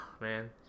man